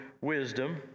wisdom